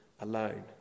alone